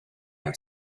are